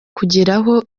kugeraho